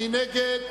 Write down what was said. מי נגד?